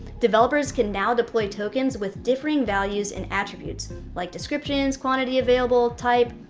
developers can now deploy tokens with differing values and attributes like descriptions, quantity available, type,